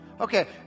okay